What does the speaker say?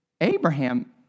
Abraham